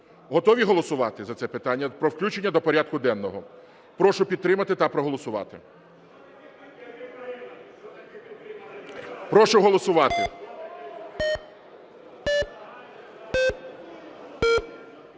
Готові голосувати за це питання про включення до порядку денного? Прошу підтримати та проголосувати. Прошу голосувати.